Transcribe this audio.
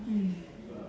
mm